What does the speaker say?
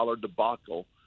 debacle